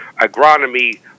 agronomy